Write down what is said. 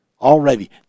already